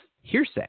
hearsay